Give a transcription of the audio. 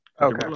Okay